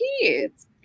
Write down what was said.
kids